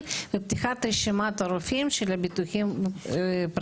ופתיחת רשימת הרופאים של הביטוחים הפרטיים.